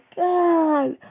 god